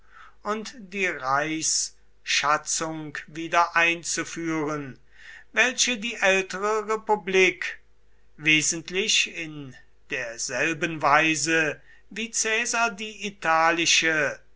und die reichsschatzung wiedereinzuführen welche die ältere republik wesentlich in derselben weise wie caesar die italische